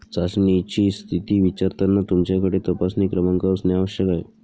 चाचणीची स्थिती विचारताना तुमच्याकडे तपासणी क्रमांक असणे आवश्यक आहे